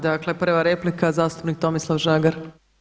Dakle prva replika zastupnik Tomislav Žagar.